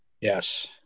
Yes